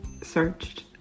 searched